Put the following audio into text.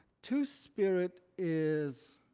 two-spirit is